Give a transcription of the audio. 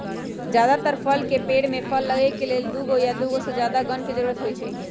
जदातर फल के पेड़ में फल लगे के लेल दुगो या दुगो से जादा गण के जरूरत होई छई